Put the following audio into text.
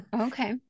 Okay